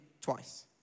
twice